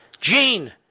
Gene